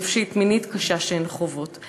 נפשית ומינית קשה שהן חוות.